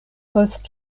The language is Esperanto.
post